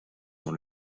dans